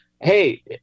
hey